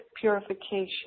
purification